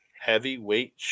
Heavyweight